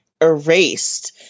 erased